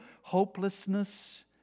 hopelessness